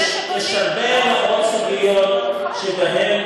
יש הרבה מאוד סוגיות שאנחנו,